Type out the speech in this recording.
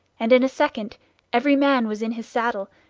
and in a second every man was in his saddle,